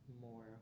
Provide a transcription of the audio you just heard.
more